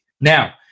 Now